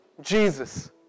Jesus